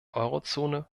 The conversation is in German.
eurozone